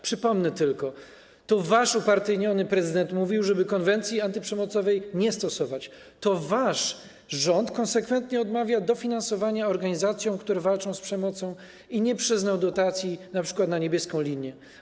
Przypomnę tylko: to wasz upartyjniony prezydent mówił, żeby konwencji antyprzemocowej nie stosować, to wasz rząd konsekwentnie odmawia dofinansowania organizacjom, które walczą z przemocą, i nie przyznał dotacji, np. na „Niebieską linię”